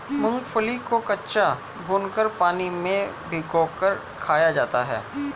मूंगफली को कच्चा, भूनकर, पानी में भिगोकर खाया जाता है